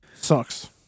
Sucks